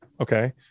Okay